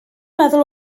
meddwl